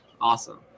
Awesome